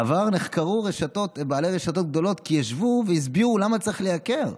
בעבר נחקרו בעלי רשתות גדולות כי ישבו והסבירו למה צריך לייקר.